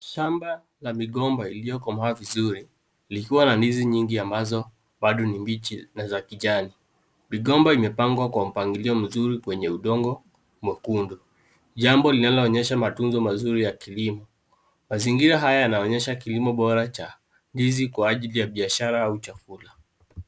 Shamba ya migomba iliyokomaa vizuri, likiwa na ndizi nyingi ambazo bado ni mbichi na za kijani. Migomba imepangwa kwa mpangilio mzuri kwenye udongo mwekundu. Jambo linaloonyesha matunzo mazuri ya kilimo. Mazingira haya yanaonyesha kilimo bora cha ndizi kwa ajili ya biashara au chakula.